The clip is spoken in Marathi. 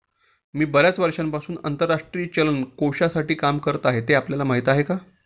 मी बर्याच वर्षांपासून आंतरराष्ट्रीय चलन कोशासाठी काम करत आहे, ते आपल्याला माहीत आहे का?